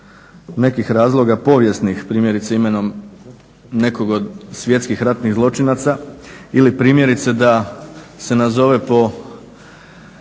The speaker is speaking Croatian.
nekih razloga povijesnih primjerice imenom nekog od svjetskih ratnih zločinaca ili primjerice da se nazove po